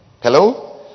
Hello